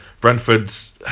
Brentford's